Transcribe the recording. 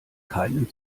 keinen